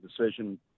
decision